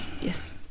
Yes